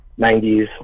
90s